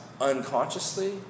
unconsciously